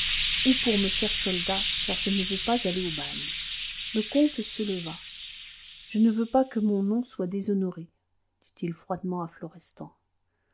ou pour me faire soldat car je ne veux pas aller au bagne le comte se leva je ne veux pas que mon nom soit déshonoré dit-il froidement à